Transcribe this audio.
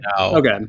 Okay